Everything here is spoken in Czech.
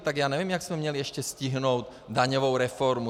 Tak já nevím, jak jsme měli ještě stihnout daňovou reformu.